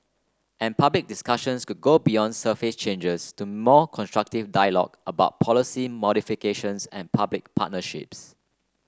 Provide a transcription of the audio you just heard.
and public discussions could go beyond surface changes to more constructive dialogue about policy modifications and public partnerships